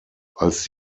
als